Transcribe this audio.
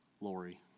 Lori